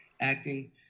acting